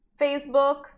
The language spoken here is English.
Facebook